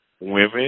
women